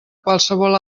qualsevol